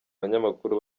abanyamakuru